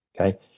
okay